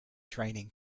training